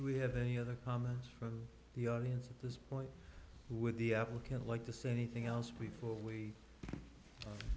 we have any other comments from the audience at this point with the look at like to say anything else before we